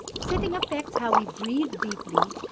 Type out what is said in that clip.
sitting affects how we breathe deeply,